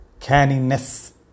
canniness